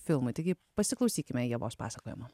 filmui taigi pasiklausykime ievos pasakojimo